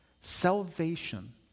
Salvation